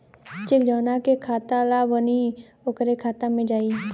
check जौना के खाता ला बनी ओकरे खाता मे जाई